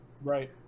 Right